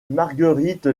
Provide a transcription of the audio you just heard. marguerite